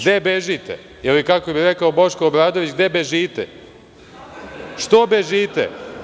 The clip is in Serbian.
gde bežite?“ ili kako bi rekao Boško Obradović - „gde bežite?“ „Što bežite?